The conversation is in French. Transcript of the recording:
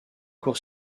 court